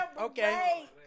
Okay